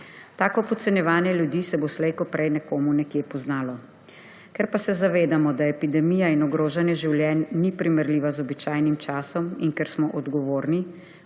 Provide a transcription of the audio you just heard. Tako podcenjevanje ljudi se bo slej kot prej nekomu nekje poznalo. Ker se zavedamo, da epidemija in ogrožanje življenj ni primerljiva z običajnim časom in ker smo odgovorni,